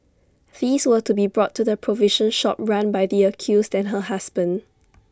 these were to be brought to the provision shop run by the accused and her husband